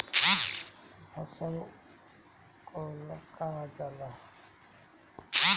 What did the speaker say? फसल काटेला का चाही?